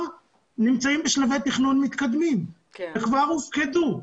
נמצאות בשלבי תכנון מתקדמים וכבר הופקדו.